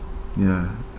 ya